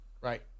Right